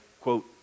quote